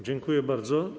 Dziękuję bardzo.